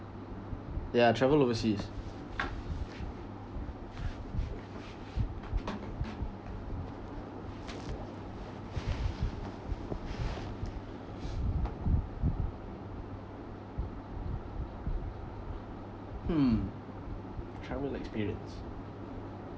ya travel overseas hmm travel experience